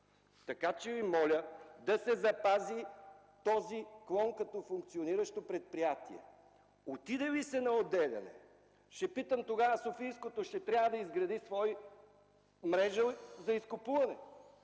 искам. Моля Ви, да се запази този клон като функциониращо предприятие! Отиде ли се на отделяне, ще питам тогава Софийското – ще трябва да изгради своя мрежа за изкупуване!?